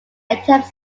attempts